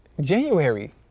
January